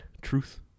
truth